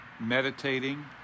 meditating